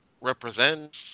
represents